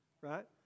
right